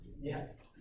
Yes